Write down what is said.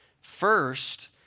First